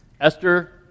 Esther